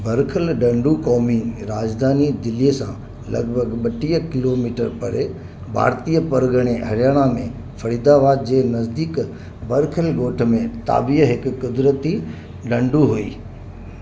बड़खल ढंढ क़ौमी राज॒धानी दिल्ली सां लग॒भॻि ॿटीह किलोमीटर परे भारतीय परगणे हरियाणा में फरीदाबाद जे नज़दीक बड़खल गो॒ठ में ताबीअ हिकु कुदरती ढंढ हुई